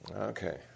Okay